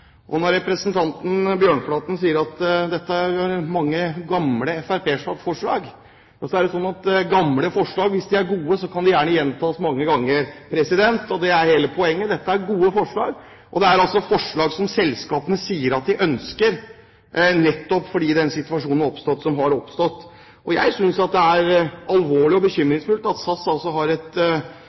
utfordringen. Når representanten Bjørnflaten sier at dette er ett av mange gamle fremskrittspartiforslag, vil jeg si at gamle forslag, hvis de er gode, gjerne kan gjentas mange ganger. Det er hele poenget. Dette er gode forslag, og det er forslag som selskapene sier de ønsker, nettopp fordi den situasjonen som har oppstått, har oppstått. Jeg synes det er alvorlig og bekymringsfullt at denne situasjonen, som statsråden sa, har